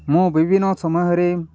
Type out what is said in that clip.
ମୁଁ ବିଭିନ୍ନ ସମୟରେ